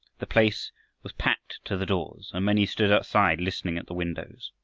the place was packed to the doors, and many stood outside listening at the windows.